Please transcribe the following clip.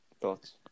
thoughts